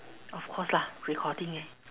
of course lah recording eh